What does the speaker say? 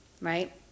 Right